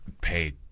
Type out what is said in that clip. pay